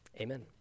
amen